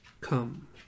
come